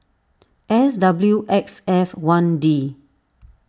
S W X F one D